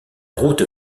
route